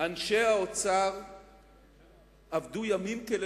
אנשי האוצר עבדו לילות כימים,